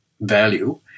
value